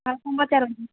ଆଉ